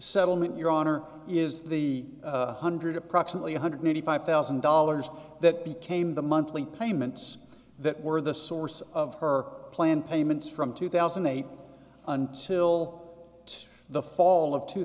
settlement your honor is the one hundred approximately one hundred ninety five thousand dollars that became the monthly payments that were the source of her plan payments from two thousand and eight until the fall of two